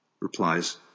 replies